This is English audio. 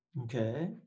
Okay